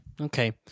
okay